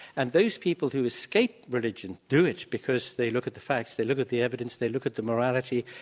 and those people who escape religion do it because they look at the facts, they look at the evidence, they look at the morality.